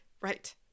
Right